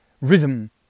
rhythm